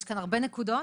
יש כאן הרבה נקודות.